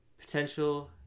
potential